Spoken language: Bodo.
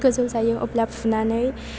गोजौ जायो अब्ला फुनानै